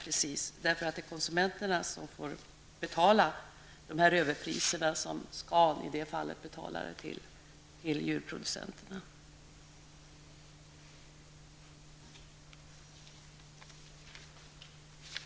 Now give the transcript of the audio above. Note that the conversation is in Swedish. Det är konsumenterna som får betala de överpriser som Scan i det fallet betalar till djurprodukterna.